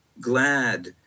Glad